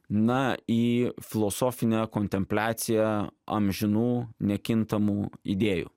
na į filosofinę kontempliaciją amžinų nekintamų idėjų